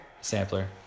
Sampler